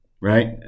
right